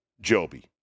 Joby